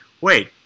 wait